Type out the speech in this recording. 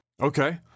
Okay